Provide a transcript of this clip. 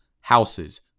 houses